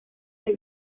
del